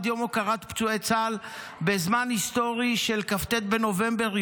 יום הוקרת פצועי צה"ל בזמן היסטורי של כ"ט בנובמבר,